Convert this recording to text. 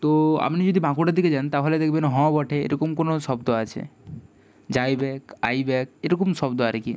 তো আপনি যদি বাঁকুড়ার দিকে যান তাহলে দেখবেন হ বটে এরকম কোনো শব্দ আছে যাইবেক আইবেক এরকম শব্দ আর কী